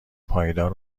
پایدار